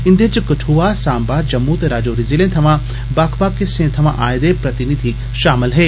इन्दे च कदुआ सांबा जम्मू ते राजौरी जिले दे बक्ख बक्ख हिस्से थमां आएं दे प्रतिनिधि षामल हे